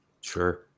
Sure